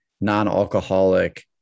non-alcoholic